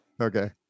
Okay